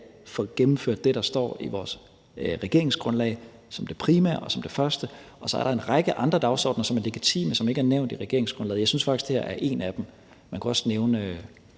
at få gennemført det, der står i vores regeringsgrundlag, som det primære og som det første. Og så er der en række andre dagsordener, som er legitime, og som ikke er nævnt i regeringsgrundlaget. Og jeg synes faktisk, at det her er en af dem. Man kunne også nævne